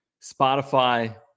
Spotify